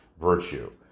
virtue